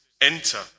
enter